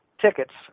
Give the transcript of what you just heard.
tickets